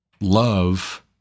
love